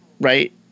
right